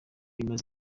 imaze